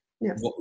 yes